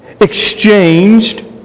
exchanged